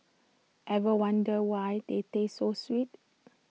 ever wondered why they taste so sweet